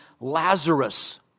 Lazarus